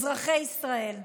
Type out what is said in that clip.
אזרחי ישראל.